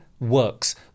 works